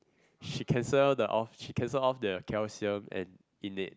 she cancel the off she cancel off the calcium and innate